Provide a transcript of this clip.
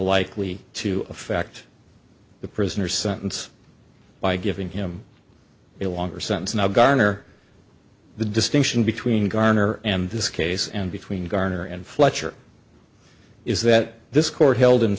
likely to affect the prisoner sentence by giving him a longer sentence now garner the distinction between garner and this case and between garner and fletcher is that this court held in